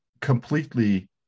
completely